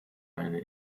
eine